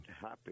happy